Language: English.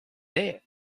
there